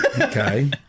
Okay